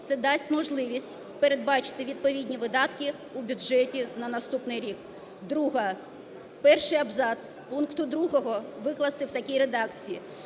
Це дасть можливість передбачити відповідні видатки у бюджеті на наступний рік. Друге. Перший абзац пункту 2 викласти в такій редакції: